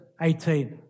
18